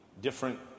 different